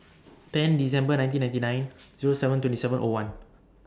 ten December nineteen ninety nine Zero seven two The seven O one